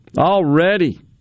already